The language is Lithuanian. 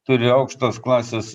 turi aukštos klasės